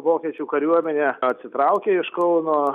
vokiečių kariuomenė atsitraukė iš kauno